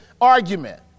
argument